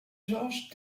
georges